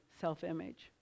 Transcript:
self-image